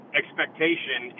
expectation